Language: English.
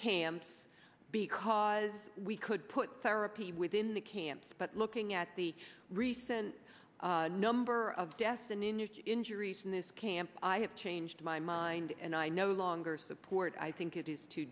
camps because we could put therapy within the camps but looking at the recent number of deaths than in your injuries in this camp i have changed my mind and i no longer support i think it is too